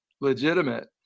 legitimate